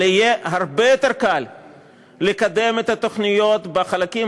אבל יהיה הרבה יותר קל לקדם את התוכניות בחלקים